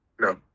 No